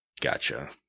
Gotcha